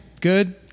Good